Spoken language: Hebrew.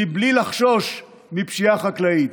בלי לחשוש מפשיעה חקלאית.